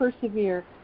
persevere